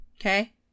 Okay